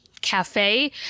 cafe